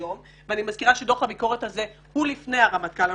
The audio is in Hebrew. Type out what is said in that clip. ואני מזכירה שדוח הביקורת הזה הוא לפני הרמטכ"ל הנוכחי,